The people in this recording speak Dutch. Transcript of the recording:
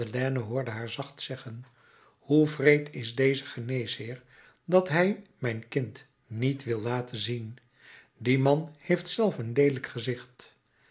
hoorde haar zacht zeggen hoe wreed is deze geneesheer dat hij mij mijn kind niet wil laten zien die man heeft zelf een leelijk gezicht